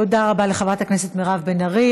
תודה לחברת הכנסת מירב בן ארי.